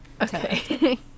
Okay